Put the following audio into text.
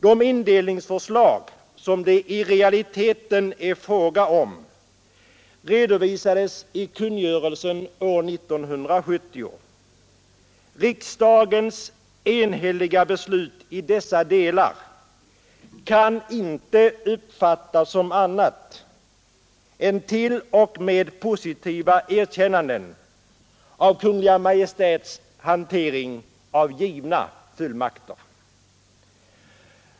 De indelningsförslag som det i realiteten är fråga om redovisades i kungörelsen av år 1970. Riksdagens enhälliga beslut i dessa delar kan inte uppfattas som annat än t.o.m. positiva erkännanden av Kungl. Maj:ts hantering av givna fullmakter.